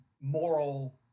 moral